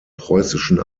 preußischen